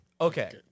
Okay